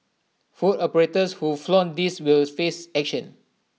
food operators who flout this will face action